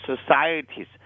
societies